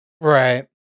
Right